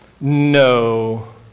no